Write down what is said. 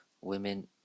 women